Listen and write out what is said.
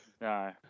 No